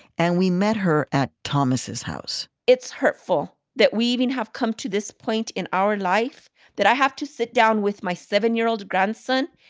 and we met her at thomas's house it's hurtful that we even have come to this point in our life that i have to sit down with my seven year old grandson.